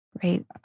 Great